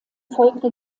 folgte